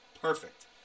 perfect